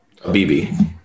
bb